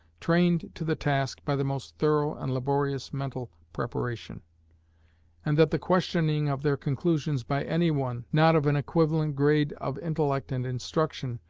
trained to the task by the most thorough and laborious mental preparation and that the questioning of their conclusions by any one, not of an equivalent grade of intellect and instruction,